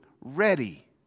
ready